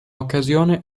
occasione